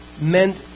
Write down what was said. meant